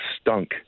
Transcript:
stunk